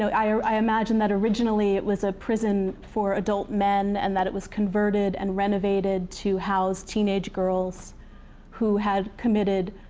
i imagine that originally, it was a prison for adult men, and that it was converted and renovated to house teenage girls who had committed